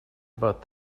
about